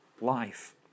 life